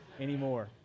anymore